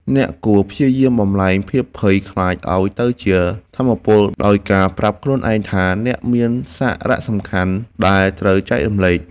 អ្នកគួរព្យាយាមបំប្លែងភាពភ័យខ្លាចឱ្យទៅជាថាមពលវិជ្ជមាន ដោយការប្រាប់ខ្លួនឯងថា អ្នកមានសារសំខាន់ដែលត្រូវចែករំលែក។